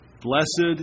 Blessed